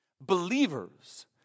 Believers